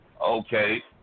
Okay